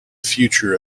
future